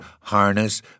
harness